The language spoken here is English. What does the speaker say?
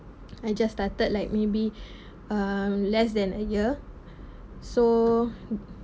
I just started like maybe uh less than a year so